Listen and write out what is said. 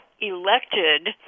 elected